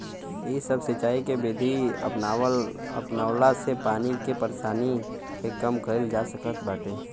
इ सब सिंचाई के विधि अपनवला से पानी के परेशानी के कम कईल जा सकत बाटे